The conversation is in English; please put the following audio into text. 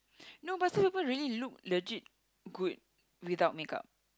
no but some people really look legit good without makeup